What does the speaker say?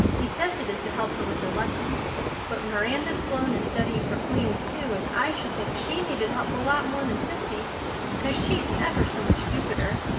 he says it is to help her with her lessons but miranda sloane is studying for queen's too, and i should think she needed help a lot more than prissy because she's ever so much stupider,